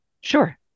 Sure